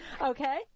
Okay